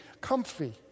comfy